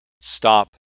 Stop